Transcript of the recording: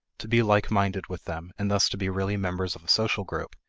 to be like-minded with them, and thus to be really members of a social group,